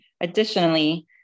Additionally